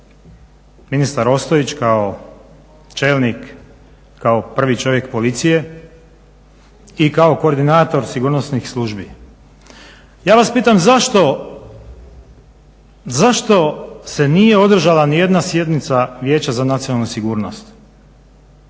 ministar Ostojić kao čelnik, kao prvi čovjek Policije i kao koordinator sigurnosnih službi. Ja vas pitam zašto se nije održala nijedna sjednica Vijeća za nacionalnu sigurnost,